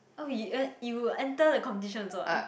oh you uh you enter the competition also ah